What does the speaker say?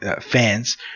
fans